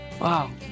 Wow